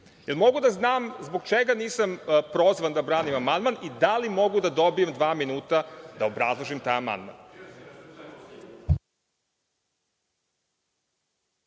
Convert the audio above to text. se“. Mogu li da znam zbog čega nisam prozvan da branim amandman? Da li mogu da dobijem dva minuta da obrazložim taj amandman?